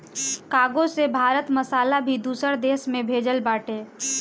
cargo से भारत मसाला भी दूसरा देस में भेजत बाटे